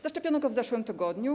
Zaszczepiono go w zeszłym tygodniu.